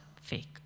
fake